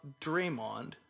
Draymond